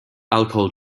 alcohol